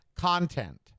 content